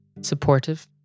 Supportive